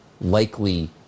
likely